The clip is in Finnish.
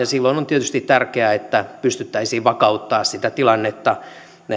silloin on tietysti tärkeää että pystyttäisiin vakauttamaan sitä tilannetta